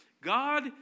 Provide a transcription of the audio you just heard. God